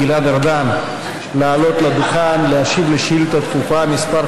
גלעד ארדן לעלות לדוכן ולהשיב על שאילתה דחופה מס'